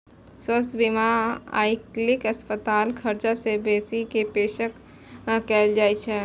स्वास्थ्य बीमा मे आइकाल्हि अस्पतालक खर्च सं बेसी के पेशकश कैल जाइ छै